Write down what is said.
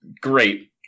great